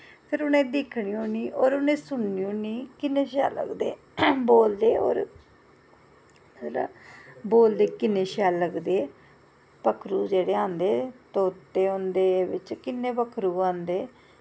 फिर उ'नें गी दिक्खनी होन्नी सुनन्नी होन्नी किन्ने शैल लगदे बोलदे होर बोलदे किन्ने शैल लगदे पक्खरू जेह्ड़े आंदे तोते आंदे कक्न्ने पक्खरू औंदे